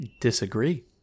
disagree